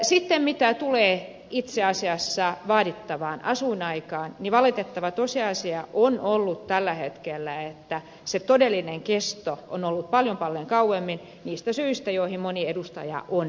sitten mitä tulee itse asiassa vaadittavaan asuinaikaan niin valitettava tosiasia on ollut tällä hetkellä se että se todellinen kesto on ollut paljon paljon pitempi niistä syistä joihin moni edustaja on viitannut